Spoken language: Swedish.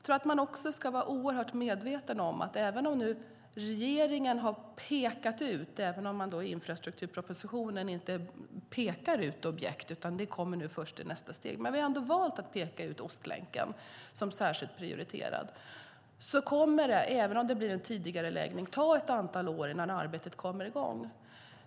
Man ska också vara oerhört medveten om att även om regeringen har pekat ut - även om vi i infrastrukturpropositionen inte pekar ut objekt utan det kommer först i nästa steg - Ostlänken som särskilt prioriterad kommer det att ta ett antal år innan arbetet kommer i gång, även med en tidigareläggning.